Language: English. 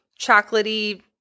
chocolatey